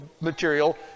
material